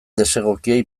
desegokiei